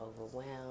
overwhelmed